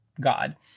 God